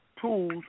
tools